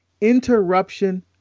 interruption